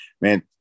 Man